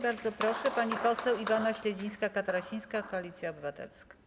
Bardzo proszę, pani poseł Iwona Śledzińska-Katarasińska, Koalicja Obywatelska.